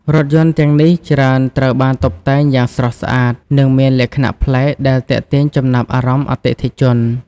រថយន្តទាំងនេះច្រើនត្រូវបានតុបតែងយ៉ាងស្រស់ស្អាត និងមានលក្ខណៈប្លែក ដែលទាក់ទាញចំណាប់អារម្មណ៍អតិថិជន។